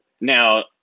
Now